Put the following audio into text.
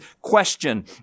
question